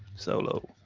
Solo